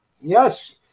yes